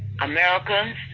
Americans